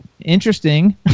interesting